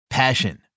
Passion